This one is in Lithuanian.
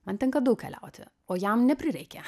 man tenka daug keliauti o jam neprireikė